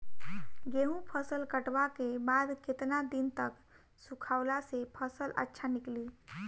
गेंहू फसल कटला के बाद केतना दिन तक सुखावला से फसल अच्छा निकली?